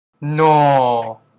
No